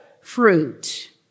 fruit